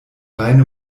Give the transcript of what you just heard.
reine